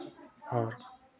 और